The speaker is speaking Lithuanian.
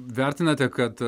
vertinate kad